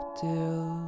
till